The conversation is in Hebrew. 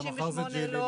מחר זה GEELY,